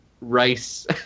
Rice